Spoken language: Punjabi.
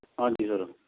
ਹਾਂਜੀ ਸਰ